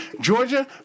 Georgia